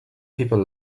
people